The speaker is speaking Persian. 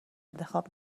انتخاب